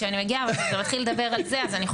שאני מגיעה ואני אתחיל לדבר על זה,